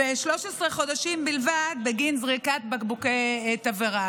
ו-13 חודשים בלבד בגין זריקת בקבוקי תבערה,